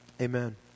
Amen